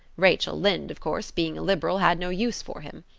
rachel lynde, of course, being a liberal, had no use for him.